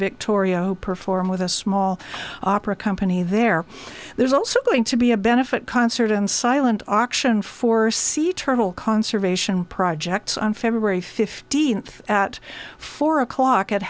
victorio perform with a small opera company there there's also going to be a benefit concert and silent auction for sea turtle conservation projects on feb fifteenth at four o'clock at